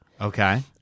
Okay